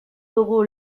dugu